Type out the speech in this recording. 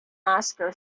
oscar